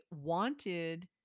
wanted